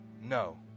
No